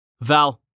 Val